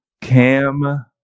Cam